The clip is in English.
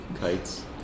Kites